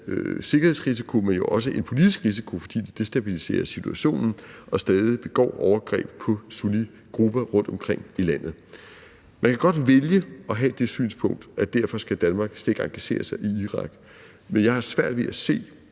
sikkerhedsrisiko, men også en politisk risiko, fordi de destabiliserer situationen og stadig begår overgreb på sunnigrupper rundtomkring i landet. Man kan godt vælge at have det synspunkt, at derfor skal Danmark slet ikke engagere sig i Irak, men jeg har svært ved at se,